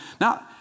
Now